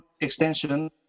extension